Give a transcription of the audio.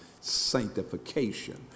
sanctification